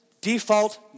default